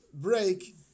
break